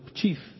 chief